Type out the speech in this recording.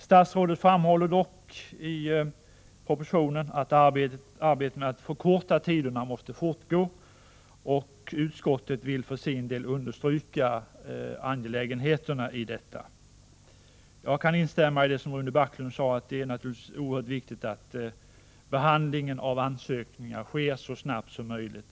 Statsrådet framhåller dock i propositionen att arbetet med att förkorta tiderna måste fortgå. Utskottet vill för sin del understryka angelägenheten i detta. Jag kan instämma i det Rune Backlund sade, att det är oerhört viktigt att behandlingen av ansökningar sker så snabbt som möjligt.